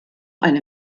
eine